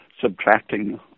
subtracting